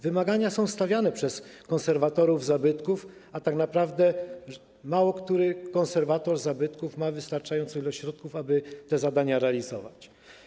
Wymagania są stawiane przez konserwatorów zabytków, a tak naprawdę niewielu konserwatorów zabytków ma wystarczającą ilość środków, aby można było te zadania realizować.